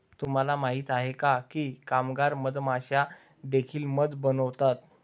तुम्हाला माहित आहे का की कामगार मधमाश्या देखील मध बनवतात?